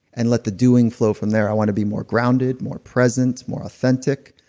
and let the doing flow from there. i wanna be more grounded, more present, more authentic,